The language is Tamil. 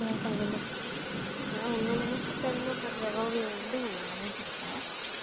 நான் க என்னை நான் என்னை நினச்சி பெருமைப்பட்ற ஓவியம் வந்து ஒன்று வரைஞ்சிருக்கேன்